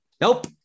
Nope